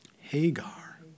Hagar